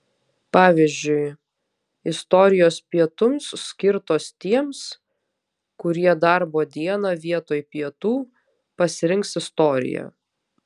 pavyzdžiui istorijos pietums skirtos tiems kurie darbo dieną vietoj pietų pasirinks istoriją